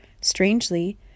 Strangely